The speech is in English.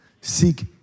Seek